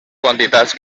quantitats